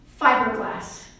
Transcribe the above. Fiberglass